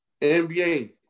NBA